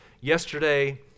yesterday